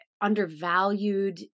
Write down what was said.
undervalued